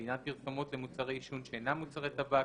לעניין פרסומות למוצרי עישון שאינם מוצרי טבק,